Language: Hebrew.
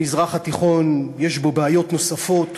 המזרח התיכון, יש בו בעיות נוספות.